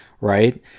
right